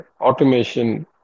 automation